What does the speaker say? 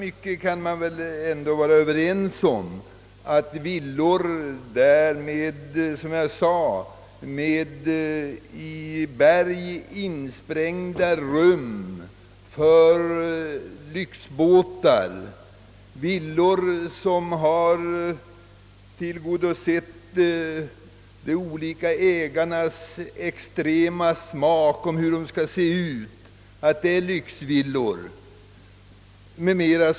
Men nog kan man väl vara överens om att villor med till hörande i berg insprängda rum för lyxbåtar, och villor som till sin utformning motsvarar de olika villaägarnas extrema smak är lyxvillor.